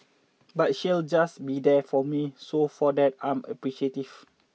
but she'll just be there for me so for that I'm appreciative